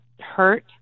hurt